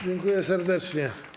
Dziękuję serdecznie.